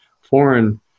foreign